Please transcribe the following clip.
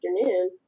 afternoon